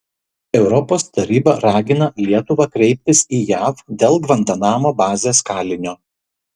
europos taryba ragina lietuvą kreiptis į jav dėl gvantanamo bazės kalinio